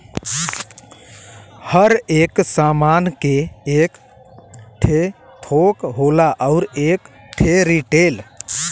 हर एक सामान के एक ठे थोक होला अउर एक ठे रीटेल